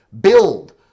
build